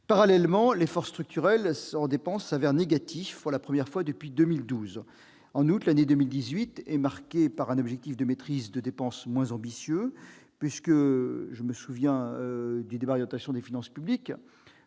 Parallèlement, l'effort structurel en dépense se révèle négatif, pour la première fois depuis 2012. En outre, l'année 2018 est marquée par un objectif de maîtrise de la dépense moins ambitieux. En effet, lors du débat d'orientation des finances publiques